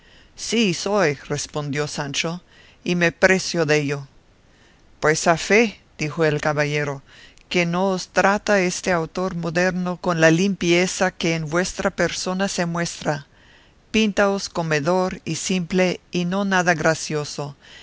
sí soy respondió sancho y me precio dello pues a fe dijo el caballero que no os trata este autor moderno con la limpieza que en vuestra persona se muestra píntaos comedor y simple y no nada gracioso